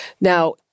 Now